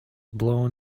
blown